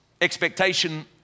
expectation